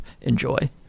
Enjoy